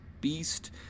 beast